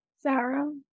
Sarah